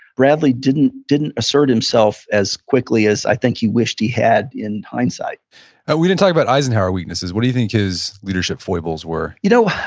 bradley didn't didn't assert himself as quickly as i think he wished he had in hindsight we didn't talk about eisenhower weaknesses. what do you think his leadership foibles were? you know,